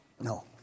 No